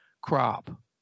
crop